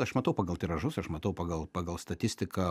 aš matau pagal tiražus aš matau pagal pagal statistiką